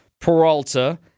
Peralta